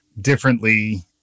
differently